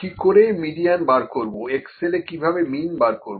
কি করে median bar করবো এক্সসেলে কিভাবে মিন বার করবো